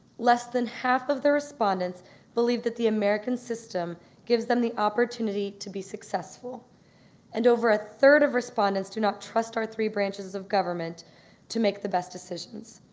less than half of the respondents believe that the american system gives them the opportunity to be successful and over a third of respondents do not trust our three branches of government to make the best decisions.